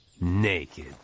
naked